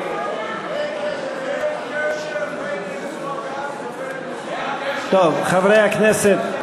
קשר בין ייצור הגז לבין מפעל, טוב, חברי הכנסת.